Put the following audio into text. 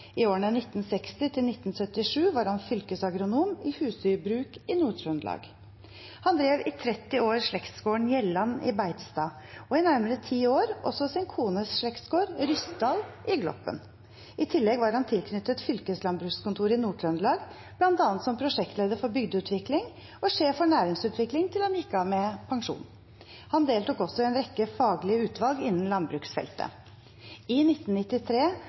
I årene 1960–1977 var han fylkesagronom i husdyrbruk i Nord-Trøndelag. Han drev i 30 år slektsgården Hjellan i Beitstad og i nærmere ti år også sin kones slektsgård Ryssdal, i Gloppen. I tillegg var han tilknyttet fylkeslandbrukskontoret i Nord-Trøndelag, bl.a. som prosjektleder for bygdeutvikling og sjef for næringsutvikling, til han gikk av med pensjon. Han deltok også i en rekke faglige utvalg innen landbruksfeltet. I 1993